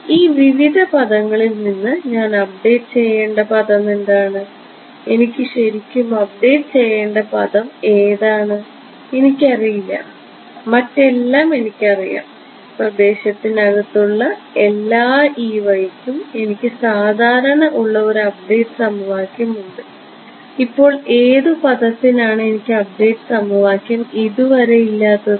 ഈ വിവിധ പദങ്ങളിൽ നിന്ന് ഞാൻ അപ്ഡേറ്റ് ചെയ്യേണ്ട പദം എന്താണ് എനിക്ക് ശരിക്കും അപ്ഡേറ്റ് ചെയ്യേണ്ട പദം ഏതാണ് എനിക്കറിയില്ല മറ്റെല്ലാം എനിക്കറിയാം പ്രദേശത്തിന് അകത്തുള്ള ഉള്ള എല്ലാ ക്കും എനിക്ക് സാധാരണ ഉള്ള ഒരു അപ്ഡേറ്റ് സമവാക്യം ഉണ്ട് ഇപ്പോൾ ഏതു പദത്തിനാണ് എനിക്ക് അപ്ഡേറ്റ് സമവാക്യം ഇതുവരെ ഇല്ലാത്തത്